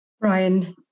Ryan